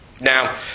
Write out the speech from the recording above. Now